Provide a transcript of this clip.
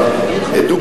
תן לי.